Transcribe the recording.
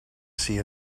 see